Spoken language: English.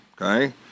okay